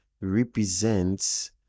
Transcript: represents